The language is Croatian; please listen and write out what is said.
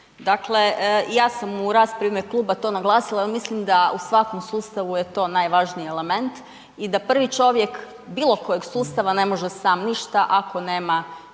Dakle, ja sam u raspravi u ime kluba to naglasila jel mislim da u svakom sustavu je to najvažniji element i da prvi čovjek bilo kojeg sustava ne može sam ništa ako nema